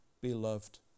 beloved